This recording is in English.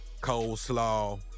coleslaw